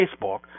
Facebook